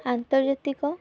ଆନ୍ତର୍ଜାତିକ